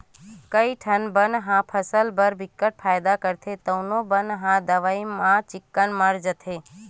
कइठन बन ह फसल बर बिकट फायदा करथे तउनो बन ह दवई म चिक्कन मर जाथे